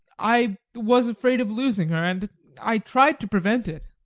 i was afraid of losing her and i tried to prevent it.